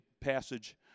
passage